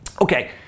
okay